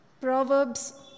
Proverbs